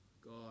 God